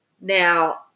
Now